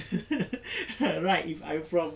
err right if I from